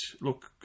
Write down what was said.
look